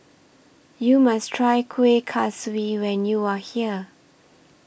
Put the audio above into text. YOU must Try Kuih Kaswi when YOU Are here